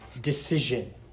decision